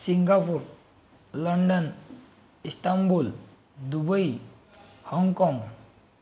Singapore London Istanbul Dubai Hong Kong